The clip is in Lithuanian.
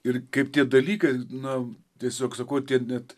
ir kaip tie dalykai na tiesiog sakau tie net